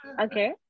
Okay